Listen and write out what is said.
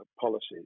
policies